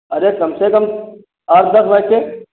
अरे कम से कम आठ दस लड़के